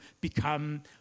become